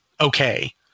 okay